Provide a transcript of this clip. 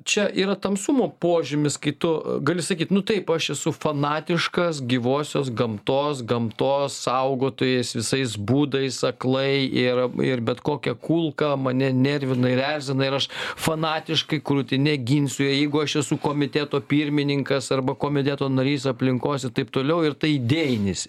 čia yra tamsumo požymis kai tu gali sakyt nu taip aš esu fanatiškas gyvosios gamtos gamtos saugotojas visais būdais aklai ir ir bet kokia kulka mane nervina ir erzina ir aš fanatiškai krūtine ginsiu ir jeigu aš esu komiteto pirmininkas arba komiteto narys aplinkos ir taip toliau ir tai idėjinis